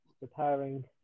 preparing